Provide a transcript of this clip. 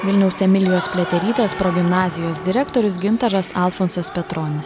vilniaus emilijos pliaterytės progimnazijos direktorius gintaras alfonsas petronis